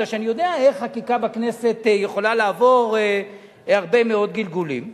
כי אני יודע איך חקיקה בכנסת יכולה לעבור הרבה מאוד גלגולים.